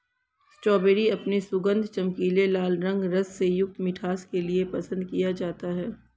strawberry अपने सुगंध, चमकीले लाल रंग, रस से युक्त मिठास के लिए पसंद किया जाता है